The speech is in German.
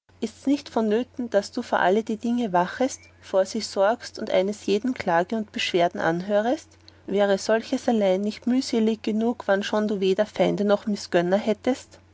ists nicht vonnöten daß du vor alle die deinige wachest vor sie sorgest und eines jeden klage und beschwerden anhörest wäre solches allein nicht müheselig genug wannschon du weder feinde noch mißgönner hättest